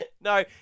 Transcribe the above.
No